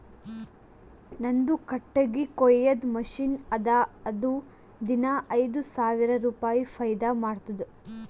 ನಂದು ಕಟ್ಟಗಿ ಕೊಯ್ಯದ್ ಮಷಿನ್ ಅದಾ ಅದು ದಿನಾ ಐಯ್ದ ಸಾವಿರ ರುಪಾಯಿ ಫೈದಾ ಮಾಡ್ತುದ್